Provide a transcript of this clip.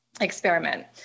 experiment